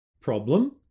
problem